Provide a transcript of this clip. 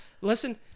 Listen